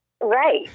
Right